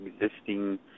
existing